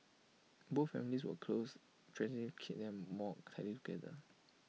both families were close tragedy knit them more tightly together